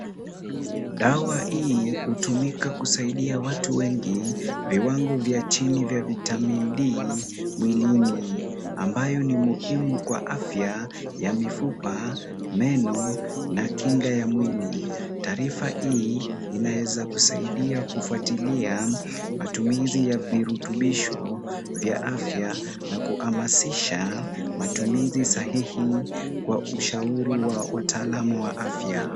Dawa hii hutumika kusaidia watu wengi, viwango vya chini vya vitamin D mwilini, ambayo ni muhimu kwa afya ya mifupa, meno, na kinga ya mwili. Taarifa hii inaweza kusaidia kufuatilia matumizi ya virutubisho vya afya na kuhamasisha matumizi sahihi kwa ushauri wa wataalamu wa afya.